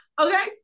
Okay